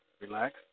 Relax